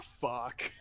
fuck